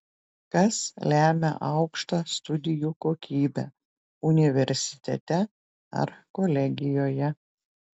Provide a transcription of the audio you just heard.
kas lemia aukštą studijų kokybę universitete ar kolegijoje